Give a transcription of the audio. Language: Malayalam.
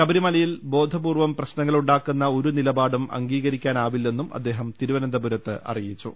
ശബരിമല യിൽ ബോധ്പൂർപ്പം പ്രശ്നങ്ങൾ ഉണ്ടാക്കുന്ന ഒരു നിലപാടും അംഗീക രിക്കാനാവില്ലെന്നും അദ്ദേഹം തിരുവനന്തപുരത്ത് അറിയിച്ചു